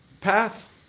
path